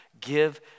Give